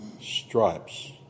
stripes